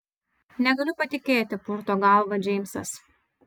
negaliu patikėti purto galvą džeimsas